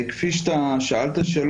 בהתאם לשאלות ששאלת,